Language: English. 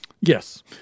Yes